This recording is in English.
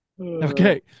Okay